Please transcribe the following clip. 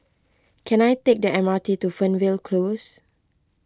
can I take the M R T to Fernvale Close